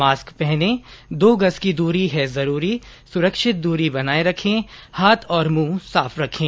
mask पहनें दो गज की दूरी है जरूरी सुरक्षित दूरी बनाए रखें हाथ और मुंह साफ रखें